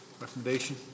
recommendation